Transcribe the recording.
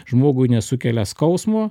žmogui nesukelia skausmo